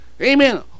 Amen